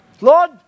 Lord